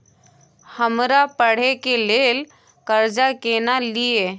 हमरा पढ़े के लेल कर्जा केना लिए?